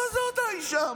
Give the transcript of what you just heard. אבל זו אותה אישה.